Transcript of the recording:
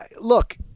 look